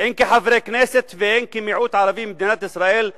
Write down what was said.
הן כחברי כנסת והן כמיעוט ערבי במדינת ישראל,